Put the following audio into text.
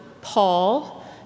Paul